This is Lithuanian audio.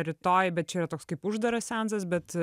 rytoj bet čia yra toks kaip uždaras seansas bet